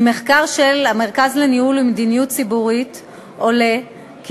ממחקר של המרכז לניהול ומדיניות ציבורית עולה כי